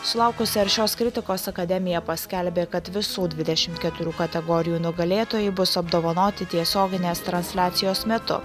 sulaukusi aršios kritikos akademija paskelbė kad visų dvidešimt keturių kategorijų nugalėtojai bus apdovanoti tiesioginės transliacijos metu